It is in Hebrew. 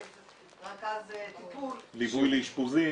רכז טיפול -- ליווי לאשפוזים.